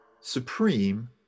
supreme